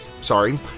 Sorry